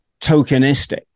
tokenistic